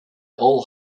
all